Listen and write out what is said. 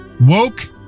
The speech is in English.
woke